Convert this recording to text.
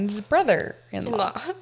brother-in-law